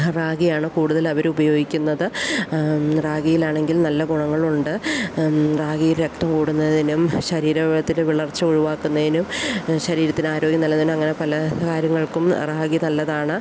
റാഗിയാണ് കൂടുതൽ അവര് ഉപയോഗിക്കുന്നത് രാഗിയിലാണെങ്കിൽ നല്ല ഗുണങ്ങളുണ്ട് രാഗിയിൽ രക്തം കൂടുന്നതിനും ശരീരത്തില് വിളർച്ച ഒഴിവാക്കുന്നേനും ശരീരത്തിന് ആരോഗ്യം നല്കാനും അങ്ങനെ പല കാര്യങ്ങൾക്കും റാഗി നല്ലതാണ്